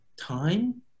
time